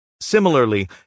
Similarly